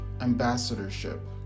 ambassadorship